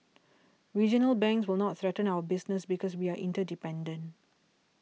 regional banks will not threaten our business because we are interdependent